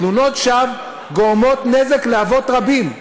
תלונות שווא גורמות נזק לאבות רבים.